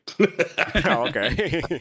Okay